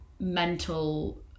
mental